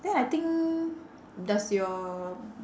then I think does your